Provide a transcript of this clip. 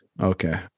Okay